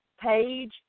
page